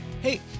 hey